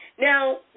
Now